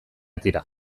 tira